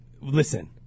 listen